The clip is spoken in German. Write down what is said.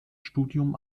studium